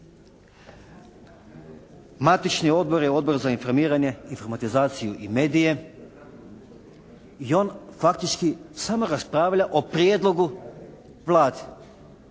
Matični odbor je Odbor za informiranje, informatizaciju i medije i on faktički samo raspravlja o prijedlogu …